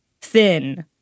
thin